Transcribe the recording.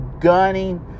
gunning